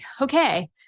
okay